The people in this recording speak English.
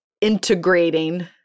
integrating